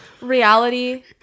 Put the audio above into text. reality